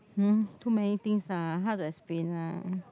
um too many things ah hard to explain lah